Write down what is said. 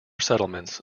settlements